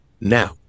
Now